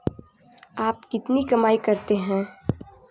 आप कितनी कमाई करते हैं?